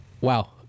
wow